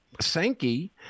Sankey